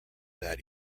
that